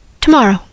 Tomorrow